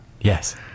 Yes